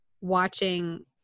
watching